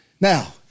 Now